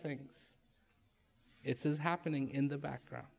things it's is happening in the background